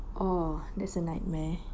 oh that's a nightmare